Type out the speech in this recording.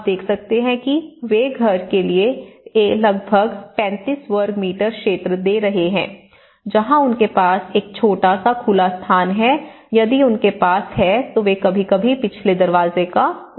आप देख सकते हैं कि वे घर के लिए के लगभग 35 वर्ग मीटर क्षेत्र दे रहे हैं जहां उनके पास एक छोटा सा खुला स्थान है यदि उनके पास है तो वे कभी कभी पिछले दरवाजे का उपयोग करते हैं